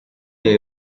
they